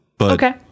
Okay